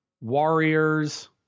Warriors